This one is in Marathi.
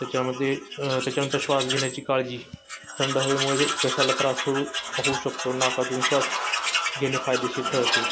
त्याच्यामध्ये त्याच्यानंतर श्वास घेण्याची काळजी थंड हवेमुळे घशाला त्रास होऊ होऊ शकतो नाकातून श्वास घेणे फायदेशीर ठरते